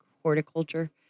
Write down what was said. horticulture